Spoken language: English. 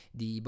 di